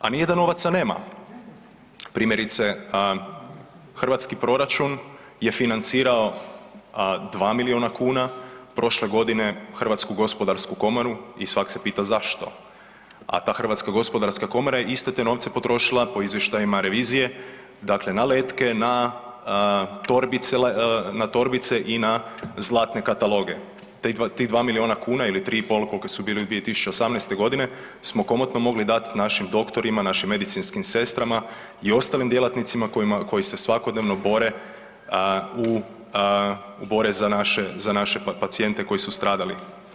A nije da novaca nema, primjerice hrvatski proračun je financirao dva milijuna kuna prošle godine Hrvatsku gospodarsku komoru i svak se pita zašto, a ta Hrvatska gospodarska komora je iste te novce potrošila po Izvještajima revizije dakle na letke, na torbice i na zlatne kataloge, tih 2 milijuna kuna ili 3,5 kol'ke su bili u 2018.-te godine smo mogli komotno dati našim doktorima, našim medicinskim sestrama i ostalim djelatnicima koji se svakodnevno bore za naše pacijente koji su stradali.